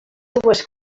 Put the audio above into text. seues